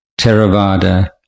Theravada